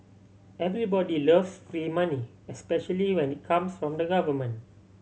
everybody loves free money especially when it comes from the government